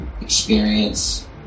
experience